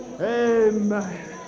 Amen